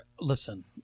listen